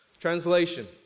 Translation